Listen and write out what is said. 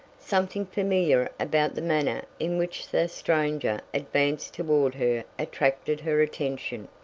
something familiar about the manner in which the stranger advanced toward her attracted her attention.